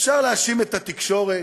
אפשר להאשים את התקשורת,